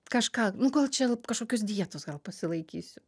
kažką nu gal čia kažkokios dietos gal pasilaikysiu